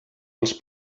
els